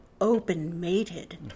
open-mated